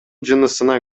жынысына